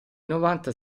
novanta